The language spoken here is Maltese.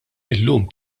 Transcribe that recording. llum